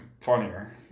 funnier